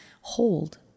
hold